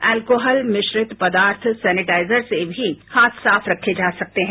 alcohol मिश्रित पदार्थ sanitiser से भी हाथ साफ रखे जा सकते हैं